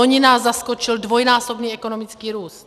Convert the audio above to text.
Loni nás zaskočil dvojnásobný ekonomický růst.